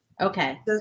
Okay